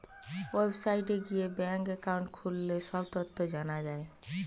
ওয়েবসাইটে গিয়ে bank account খুললে সব তথ্য জানা যায়